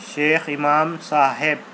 شیخ امام صاحب